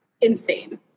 Insane